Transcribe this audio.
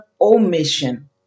omission